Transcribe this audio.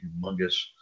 humongous